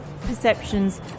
perceptions